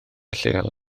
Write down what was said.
lleol